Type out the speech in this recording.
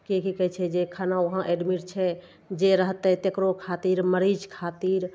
की कहय छै खाना वहाँ एडमिट छै जे रहतय तेकरो खातिर मरीज खातिर